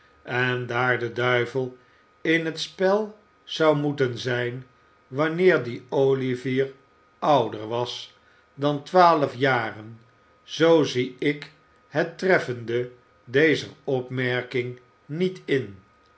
en daar de duivel in t spel zou moeten zijn wanneer die olivier ouder was dan twaalf jaren zoo zie ik het treffende dezer opmerking niet in